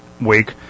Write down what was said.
week